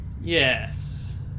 Yes